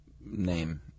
name